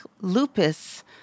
lupus